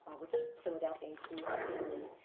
which philadelphians do annually,